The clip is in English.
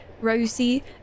Rosie